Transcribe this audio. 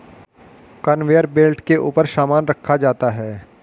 conveyor belt के ऊपर सामान रखा जाता है